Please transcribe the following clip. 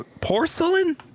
porcelain